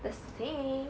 the same